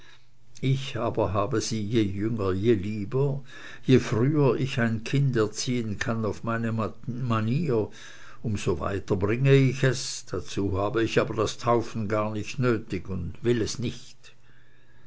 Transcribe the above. ich aber habe sie je jünger je lieber je früher ich ein kind erziehen kann auf meine manier um so weiter bringe ich es dazu habe ich aber das taufen gar nicht nötig und will es nicht